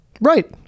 right